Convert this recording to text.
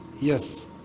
Yes